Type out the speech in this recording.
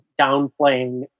downplaying